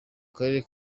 karere